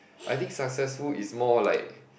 I think successful is more like